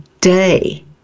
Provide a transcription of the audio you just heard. day